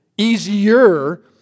Easier